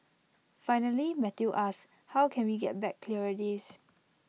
finally Matthew asks how can we get back clearer days